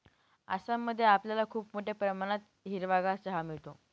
आसाम मध्ये आपल्याला खूप मोठ्या प्रमाणात हिरवागार चहा मिळेल